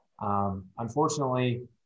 Unfortunately